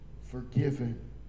forgiven